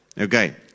Okay